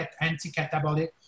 anti-catabolic